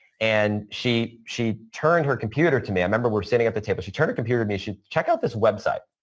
and she she turned her computer to me. i remember we're sitting at the table. she turned a computer to me, check out this website,